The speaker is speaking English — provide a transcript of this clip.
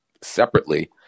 separately